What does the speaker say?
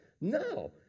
No